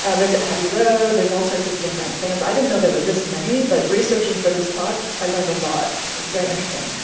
and there's abbey road. there's all sorts of different bands. i didn't know there were this many, but researching for this talk, i learned a lot. it's very interesting.